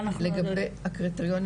לגבי הקריטריונים,